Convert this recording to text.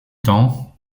temps